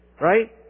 right